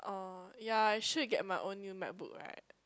oh yeah I should get my own new MacBook right